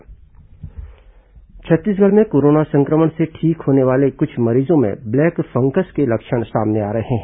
black fungus Chhattisgarh में corona संक्रमण से ठीक होने वाले कुछ मरीजों में ब्लैक फंगस के लक्षण भी सामने आ रहे हैं